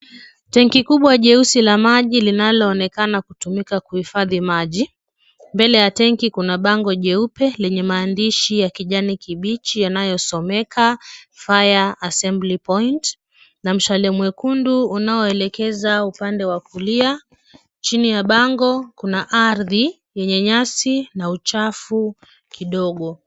Tenki kubwa jeusi la maji linaloonekana kutumika kuhifadhi maji, mbele ya tanki kuna bango jeupe yenye mandishi ya kijani kibichi yanayosomeka fire assembly point na mshale mwekundu unaoelekesa upande wa kulia chini ya bango kuna ardhi yenye nyasi na uchafu kidogo .